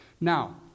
Now